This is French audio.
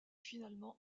finalement